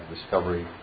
discovery